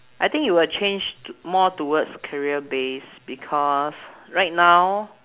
I think it will change t~ more towards career base because right now